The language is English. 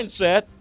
mindset